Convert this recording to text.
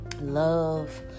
Love